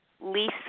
Lisa